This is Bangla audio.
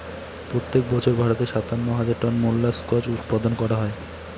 প্রত্যেক বছর ভারতে সাতান্ন হাজার টন মোল্লাসকস উৎপাদন হয়